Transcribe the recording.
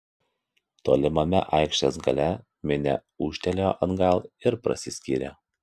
tolimame aikštės gale minia ūžtelėjo atgal ir prasiskyrė